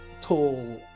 tall